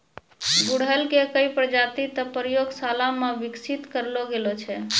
गुड़हल के कई प्रजाति तॅ प्रयोगशाला मॅ विकसित करलो गेलो छै